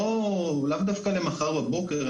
לאו דווקא למחר בבוקר,